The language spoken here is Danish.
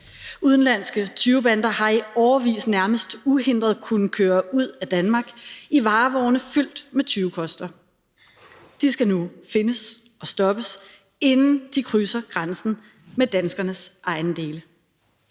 Udenlandske tyvebander har i årevis nærmest uhindret kunnet køre ud af Danmark i varevogne fyldt med tyvekoster. De skal nu findes og stoppes, inden de krydser grænserne med danskernes ejendele.